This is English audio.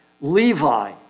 Levi